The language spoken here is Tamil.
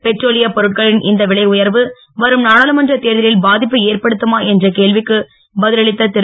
பெட்ரோலியப் பொருட்களின் இந்த விலை உயர்வு வரும் நாடாளுமன்றத் தேர்தலில் பாதிப்பை ஏற்படுத்துமா என்ற கேள்விக்கு பதில் அளித்த திரு